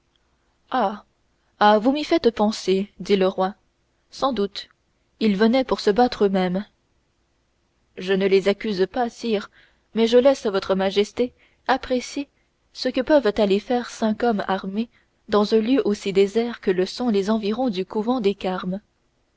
ah vous m'y faites penser dit le roi sans doute ils venaient pour se battre eux-mêmes je ne les accuse pas sire mais je laisse votre majesté apprécier ce que peuvent aller faire cinq hommes armés dans un lieu aussi désert que le sont les environs du couvent des carmes